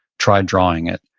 try drawing it,